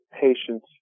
patience